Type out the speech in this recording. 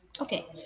Okay